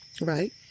Right